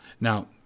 Now